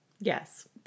Yes